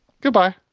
goodbye